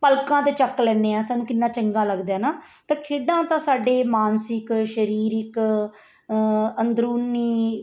ਪਲਕਾਂ 'ਤੇ ਚੱਕ ਲੈਂਦੇ ਹਾਂ ਸਾਨੂੰ ਕਿੰਨਾ ਚੰਗਾ ਲੱਗਦਾ ਨਾ ਤਾਂ ਖੇਡਾਂ ਤਾਂ ਸਾਡੇ ਮਾਨਸਿਕ ਸਰੀਰਿਕ ਅੰਦਰੂਨੀ